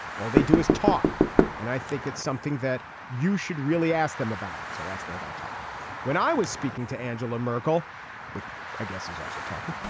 all they do is talk and i think it's something that you should really ask them about. so ask them about talking when i was speaking to angela merkel which i guess is also talking.